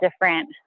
different